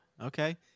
Okay